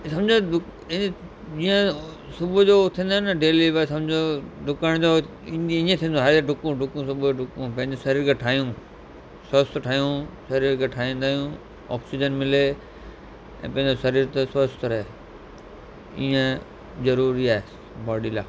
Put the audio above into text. हीअ सम्झो जीअं सुबुह जो उथंदा आहिनि न डेली भई सम्झो डुकण जो ईअं थींदो आहे हले डुकूं डुकूं सुबुह जो डुकूं पंहिंजे शरीर खे ठाहियूं स्वस्थ ठहियूं शरीर खे ठाहींदा आहियूं ऑक्सीजन मिले ऐं पंहिंजो शरीर स्वस्थ रहे ईअं ज़रूरी आहे बॉडी लाइ